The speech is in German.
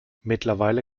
mittlerweile